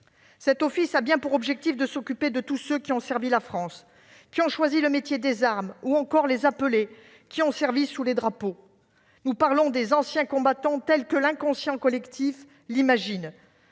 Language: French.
L'Office a bien pour objectif de s'occuper de tous ceux qui ont servi la France, qui ont choisi le métier des armes, ou encore les appelés qui ont servi sous les drapeaux. Nous parlons des anciens combattants tels que l'inconscient collectif les imagine